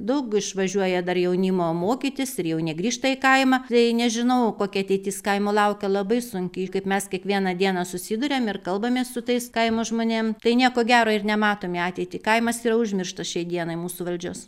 daug išvažiuoja dar jaunimo mokytis ir jau negrįžta į kaimą tai nežinau kokia ateitis kaimo laukia labai sunki kaip mes kiekvieną dieną susiduriam ir kalbamės su tais kaimo žmonėm tai nieko gero ir nematom į ateitį kaimas yra užmirštas šiai dienai mūsų valdžios